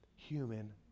Human